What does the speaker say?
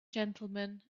gentlemen